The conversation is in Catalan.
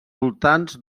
voltants